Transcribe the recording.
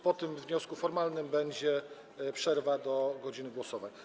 Po tym wniosku formalnym będzie przerwa do czasu głosowań.